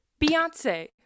Beyonce